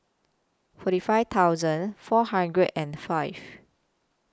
forty five thousand four hundred and five